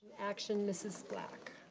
action mrs. black.